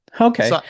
Okay